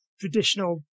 traditional